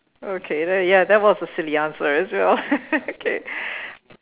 okay there ya that was a silly answer as well okay